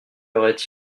aurait